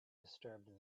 disturbed